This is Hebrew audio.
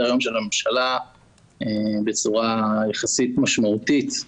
היום של הממשלה בצורה יחסית משמעותית,